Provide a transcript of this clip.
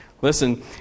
Listen